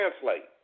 translate